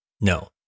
no